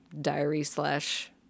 diary-slash